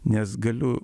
nes galiu